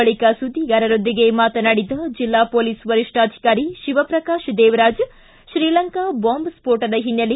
ಬಳಕ ಸುದ್ದಿಗಾರರೊಂದಿಗೆ ಮಾತನಾಡಿದ ಜೆಲ್ಲಾ ಮೊಲೀಸ್ ವರಿಷ್ಠಾಧಿಕಾರಿ ಶಿವಪ್ರಕಾಶ್ ದೇವರಾಜ್ ಶ್ರೀಲಂಕಾ ಬಾಂಬ್ ಸ್ವೋಟದ ಹಿನ್ನೆಲೆ